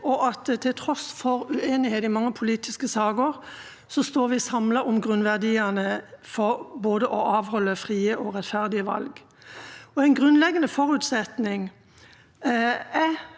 En grunnleggende forutsetning er at de politiske partiene er bærebjelken i demokratiet, både lokalt, regionalt og sentralt. I meldingsdelen av saken